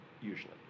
usually